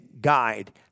guide